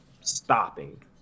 stopping